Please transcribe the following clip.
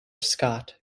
scot